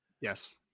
Yes